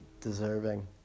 deserving